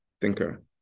thinker